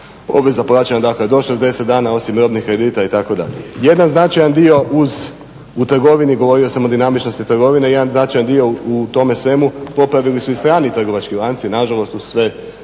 obveza plaćanja do 60 dana, osim … kredita, itd. Jedan značajan dio u trgovini, govorio sam o dinamičnosti trgovine, jedan značajan dio u tome svemu popravili su i strani trgovački lanci, nažalost uz sve